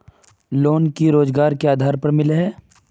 Loan की रोजगार के आधार पर मिले है?